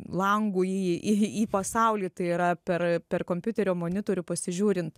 langu į į į pasaulį tai yra per per kompiuterio monitorių pasižiūrint